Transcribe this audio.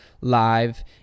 live